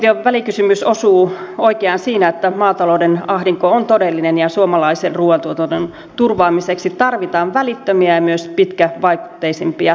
opposition välikysymys osuu oikeaan siinä että maatalouden ahdinko on todellinen ja suomalaisen ruuantuotannon turvaamiseksi tarvitaan välittömiä ja myös pitkävaikutteisempia toimia